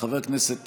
חבר הכנסת טסלר,